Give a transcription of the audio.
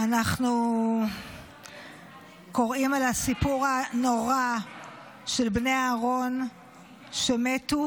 אנחנו קוראים על הסיפור הנורא של בני אהרן שמתו